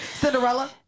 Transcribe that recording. Cinderella